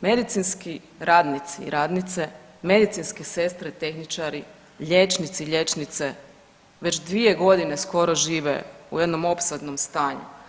medicinski radnici i radnice, medicinske sestre, tehničari, liječnici, liječnice već 2 godine skoro žive u jednom opsadnom stanju.